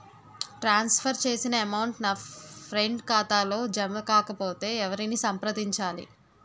ట్రాన్స్ for చేసిన amount నా friend ఖాతాలో జమ కాకపొతే ఎవరిని సంప్రదించాలి?